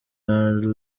are